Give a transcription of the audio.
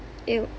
!eww!